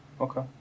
Okay